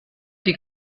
die